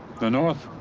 the north.